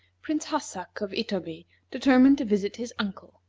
prince hassak, of itoby, determined to visit his uncle,